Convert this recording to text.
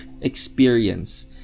experience